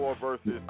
versus